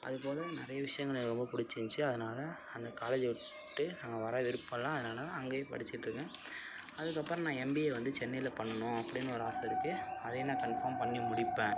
அது போல் நிறைய விஷயங்களை எனக்கு ரொம்ப பிடிச்சிருந்துச்சி அதனால அந்த காலேஜ் விட்டு நான் வர விருப்பம் இல்லை அதனால அங்கே படிச்சுட்ருக்கேன் அதுக்கப்புறம் நான் எம்பிஏ வந்து சென்னையில் பண்ணணும் அப்படின்னு ஒரு ஆசை இருக்குது அதையும் நான் கன்ஃபாம் பண்ணி முடிப்பேன்